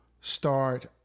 start